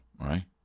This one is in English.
right